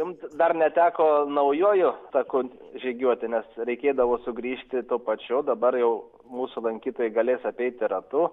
jums dar neteko naujuoju taku žygiuoti nes reikėdavo sugrįžti tuo pačiu o dabar jau mūsų lankytojai galės apeiti ratu